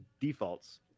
defaults